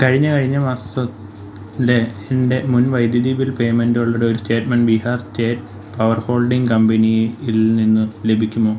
കഴിഞ്ഞ കഴിഞ്ഞ മാസത്തിലെ എൻ്റെ മുൻ വൈദ്യുതി ബിൽ പേയ്മെൻ്റുകളുടെ ഒരു statement Bihar state power holding കമ്പനിയിൽ നിന്ന് ലഭിക്കുമോ